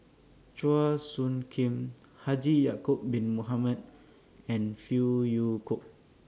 Chua Soo Khim Haji Ya'Acob Bin Mohamed and Phey Yew Kok